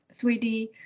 3d